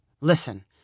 Listen